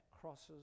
crosses